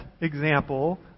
example